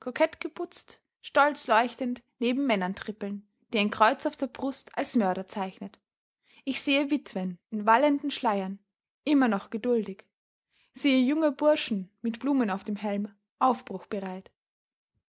geputzt stolz leuchtend neben männern trippeln die ein kreuz auf der brust als mörder zeichnet ich sehe witwen in wallenden schleiern immer noch geduldig sehe junge burschen mit blumen auf dem helm aufbruchbereit